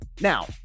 Now